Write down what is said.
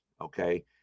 Okay